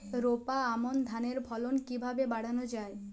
রোপা আমন ধানের ফলন কিভাবে বাড়ানো যায়?